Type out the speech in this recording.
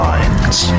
Minds